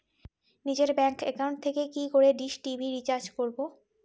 নিজের bank account থেকে কি করে ডিশ টি.ভি রিচার্জ করবো?